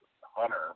hunter